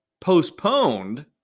postponed